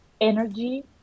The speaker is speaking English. energy